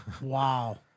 Wow